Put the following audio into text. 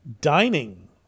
Dining